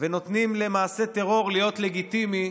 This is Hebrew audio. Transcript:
ונותנים למעשה טרור להיות לגיטימי.